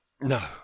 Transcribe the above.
No